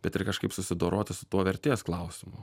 bet ir kažkaip susidoroti su tuo vertės klausimu